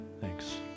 Thanks